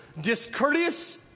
discourteous